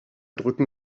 drücken